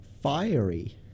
Fiery